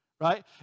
right